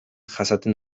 jasaten